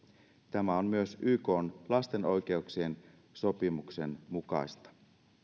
tämä on myös ykn lasten oikeuksien sopimuksen mukaista me